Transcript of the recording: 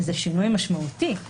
וזה שינוי משמעותי,